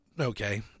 Okay